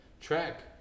track